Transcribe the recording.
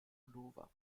pullover